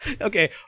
Okay